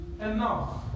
enough